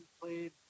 played